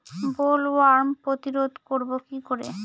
Bollworm প্রতিরোধ করব কি করে?